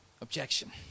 objection